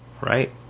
right